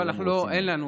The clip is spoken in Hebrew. אבל אין לנו.